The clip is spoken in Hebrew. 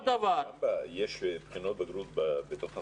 יש בחינות בגרות בתוך החופשה.